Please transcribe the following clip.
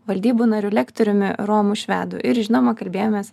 valdybų nariu lektoriumi romu švedu ir žinoma kalbėjomės